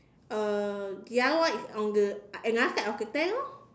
uh the other one is on the another side of the tank lor